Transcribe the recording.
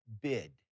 bid